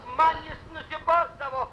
man jis nusibosdavo